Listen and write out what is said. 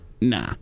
nah